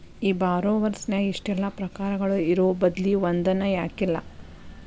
ಈ ಬಾರೊವರ್ಸ್ ನ್ಯಾಗ ಇಷ್ಟೆಲಾ ಪ್ರಕಾರಗಳು ಇರೊಬದ್ಲಿ ಒಂದನ ಯಾಕಿಲ್ಲಾ?